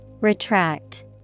Retract